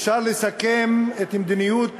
אפשר לסכם את מדיניות